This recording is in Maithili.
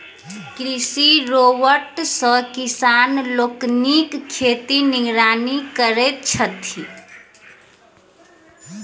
कृषि रोबोट सॅ किसान लोकनि खेतक निगरानी करैत छथि